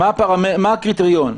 מה הקריטריון?